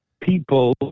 people